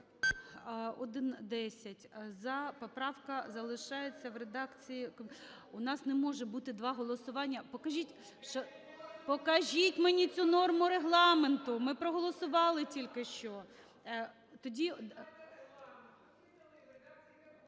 За-10 Поправка залишається в редакції... У нас не може бути два голосування. Покажіть мені цю норму Регламенту, ми проголосували тільки що.